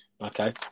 Okay